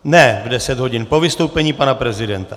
Ne v 10 hodin, po vystoupení pana prezidenta.